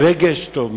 רגש טוב,